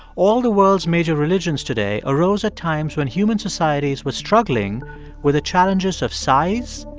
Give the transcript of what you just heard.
all the world's major religions today arose at times when human societies were struggling with the challenges of size,